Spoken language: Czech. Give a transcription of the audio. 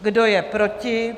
Kdo je proti?